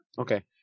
okay